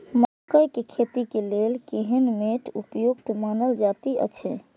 मकैय के खेती के लेल केहन मैट उपयुक्त मानल जाति अछि?